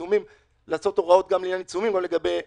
עיצומים לעשות הוראות גם לעניין עיצומים או לגבי ערעורים,